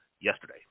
yesterday